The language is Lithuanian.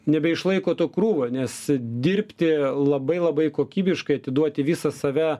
nebeišlaiko to krūvio nes dirbti labai labai kokybiškai atiduoti visą save